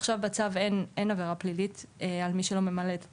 ועכשיו בצו אין עבירה פלילית על מי שלא ממלא את הטופס,